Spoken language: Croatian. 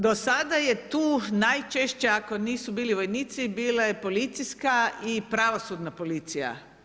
Do sada je tu najčešće ako nisu bili vojnici bila je policijska i pravosudna policija.